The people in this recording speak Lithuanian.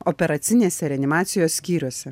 operacinėse reanimacijos skyriuose